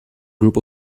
group